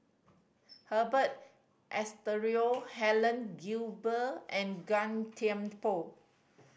Herbert Eleuterio Helen Gilbey and Gan Thiam Poh